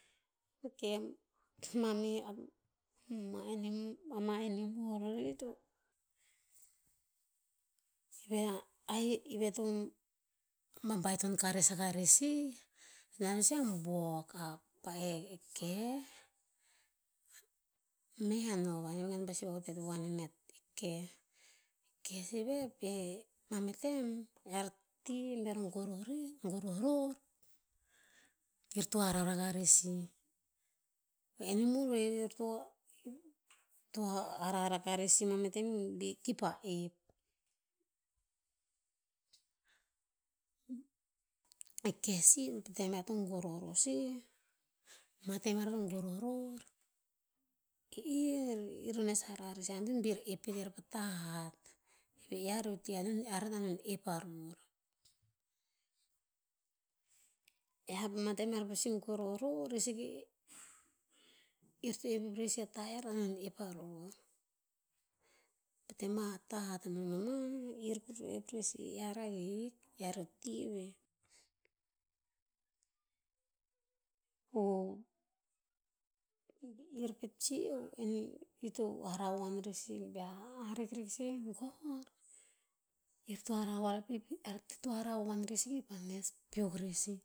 Ok, ama animal vari to ive to babaiton kares akah rer sih, to nat no sih a buok, pa'eh e keh. Meah novan i vegen pasi vahutet vovoan ine keh. E keh sih peh, mameh tem, ear or tih bear goroh rer goroh ror 'ir to hara ragah rer sih. O animal veh ir to hara rakah rer mameh tem bi ki pah ep. E keh sih, po tem ear to goroh ror sih, mah tem ear to goroh ror, ki ir, ir nes harah rer sih antoen bi ep pet er pa tah ahat. Ive ear he o ti ear to hik ta antoen ep a ror. Ear pah mah tem ear pasi goroh ror, i sike, ir ta e pep rer sih a tah ear to hikta antoen ep a ror. Po tem a tah hat to noh no mah, ir kor te ep rer sih ear ahik, ear o ti veh. Po, bi ir pet sih or animal, ir to hara vovoan rer sih bea rikrik sekeh gor, ir to ir to harah vovoan rer sih kipah nes peok rer sih.